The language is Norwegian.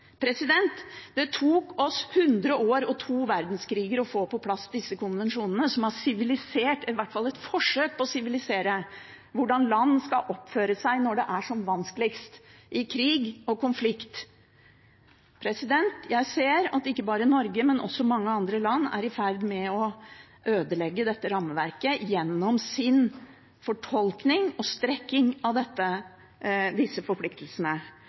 Det tok oss hundre år og to verdenskriger å få på plass disse konvensjonene som har sivilisert – i hvert fall har det vært et forsøk på å sivilisere – hvordan land skal oppføre seg når det er som vanskeligst: i krig og konflikt. Jeg ser at ikke bare Norge, men også mange andre land er i ferd med å ødelegge dette rammeverket gjennom sin fortolkning og strekking av disse forpliktelsene.